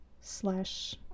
slash